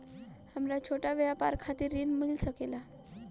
हमरा छोटा व्यापार खातिर ऋण मिल सके ला?